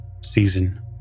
season